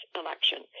election